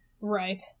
Right